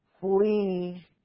Flee